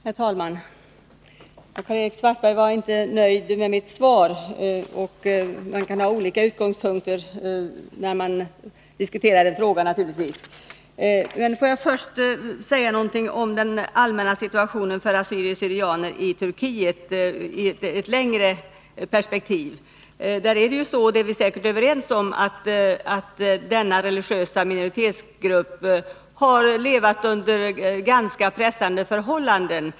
Herr talman! Karl-Erik Svartberg var inte nöjd med mitt svar, och man kan naturligtvis ha olika utgångspunkter när man diskuterar en fråga. Får jag till att börja med säga något om den allmänna situationen för assyrier/syrianer i Turkiet i ett längre perspektiv. Denna religiösa minoritetsgrupp har — det är vi säkert överens om — levat under ganska pressande förhållanden.